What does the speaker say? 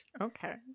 Okay